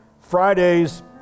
fridays